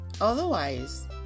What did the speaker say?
Otherwise